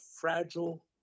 fragile